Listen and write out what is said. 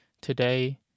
Today